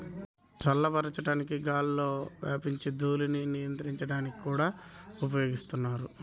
చల్లబరచడానికి గాలిలో వ్యాపించే ధూళిని నియంత్రించడానికి కూడా ఉపయోగిస్తారు